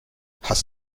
hast